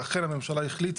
ואכן הממשלה החליטה,